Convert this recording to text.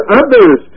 others